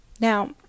Now